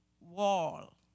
wall